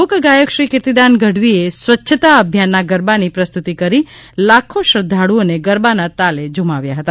લોકગાયક શ્રી કીર્તિદાન ગઢવીએ સ્વચ્છતા અભિયાનના ગરબાની પ્રસ્તુતિ કરી લાખો શ્રદ્ધાળુઓને ગરબાના તાલે ઝુમાવ્યા હતા